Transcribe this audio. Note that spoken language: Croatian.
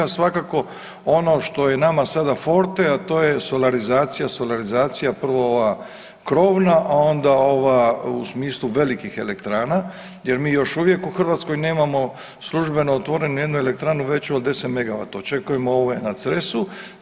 A svakako ono što je nama sada forte, a to je solarizacija, solarizacija prvo ova krovna, a onda ova u smislu velikih elektrana jer mi još uvijek u Hrvatskoj nemamo službeno otvorenu nijednu elektranu veću od 10 megavata, očekujemo ove na Cresu.